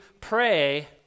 pray